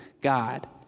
God